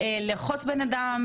אבל לרחוץ בן-אדם,